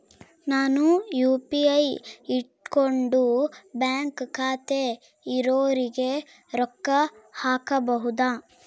ನಾನು ಯು.ಪಿ.ಐ ಇಟ್ಕೊಂಡು ಬ್ಯಾಂಕ್ ಖಾತೆ ಇರೊರಿಗೆ ರೊಕ್ಕ ಹಾಕಬಹುದಾ?